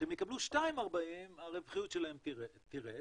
כשהם יקבלו 2.40 הרווחיות שלהם תרד